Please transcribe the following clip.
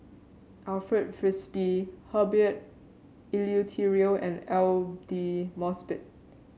Alfred Frisby Herbert Eleuterio and Aidli Mosbit